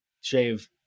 shave